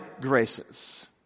graces